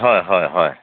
হয় হয় হয়